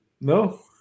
No